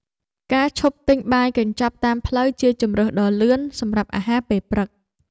ការឈប់ទិញបាយកញ្ចប់តាមផ្លូវជាជម្រើសដ៏លឿនសម្រាប់អាហារពេលព្រឹក។